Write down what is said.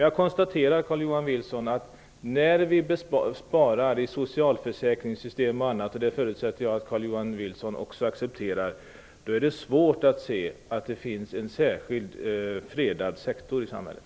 Jag konstaterar att när vi sparar i socialförsäkringssystem och annat - jag förutsätter att också Carl Johan Wilson accepterar det - är det svårt att se att det finns en särskild fredad sektor i samhället.